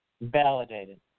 validated